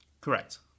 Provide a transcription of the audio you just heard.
Correct